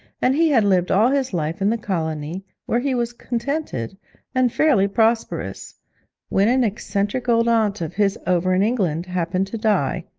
and he had lived all his life in the colony, where he was contented and fairly prosperous when an eccentric old aunt of his over in england happened to die.